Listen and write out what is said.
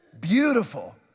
Beautiful